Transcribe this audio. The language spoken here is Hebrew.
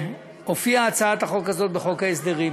הופיעה הצעת החוק הזאת בחוק ההסדרים,